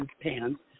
pants